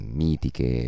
mitiche